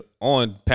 on